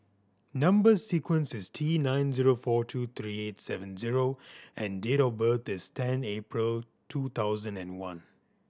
number sequence is T nine zero four two three eight seven zero and date of birth is ten April two thousand and one